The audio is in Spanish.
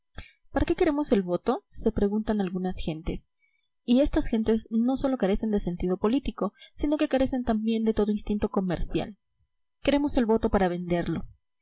para qué queremos el voto se preguntan algunas gentes y estas gentes no sólo carecen de sentido político sino que carecen también de todo instinto comercial queremos el voto para venderlo